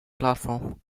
platform